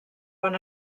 bon